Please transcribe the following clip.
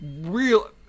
real